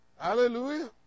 Hallelujah